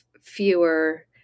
fewer